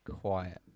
quiet